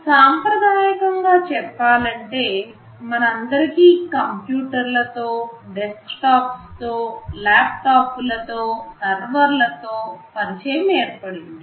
సాంప్రదాయకంగా చెప్పాలంటే మన అందరికీ కంప్యూటర్ల తో డెస్క్ టాప్స్ తో ల్యాప్టాప్లుతోసర్వర్ లతో అవగాహన ఏర్పడింది